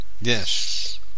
yes